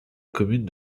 commune